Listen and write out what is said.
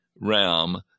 realm